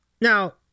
Now